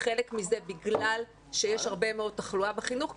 וחלק מזה בגלל שיש הרבה מאוד תחלואה בחינוך,